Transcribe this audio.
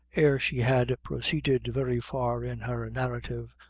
ere she had proceeded very far in her narrative,